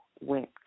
went